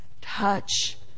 touch